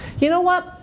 you know what?